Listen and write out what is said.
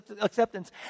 acceptance